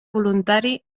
voluntari